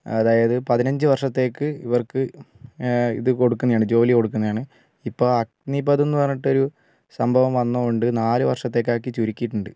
അതായത് പതിനഞ്ച് വര്ഷത്തേക്ക് ഇവര്ക്ക് ഇത് കൊടുക്കുന്നതാണ് ജോലി കൊടുക്കുന്നതാണ് ഇപ്പം അഗ്നിപഥ് എന്നു പറഞ്ഞിട്ടൊരു സംഭവം വന്നതുകൊണ്ട് നാലു വര്ഷത്തേക്ക് ആക്കി ചുരുക്കിയിട്ടുണ്ട്